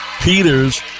Peters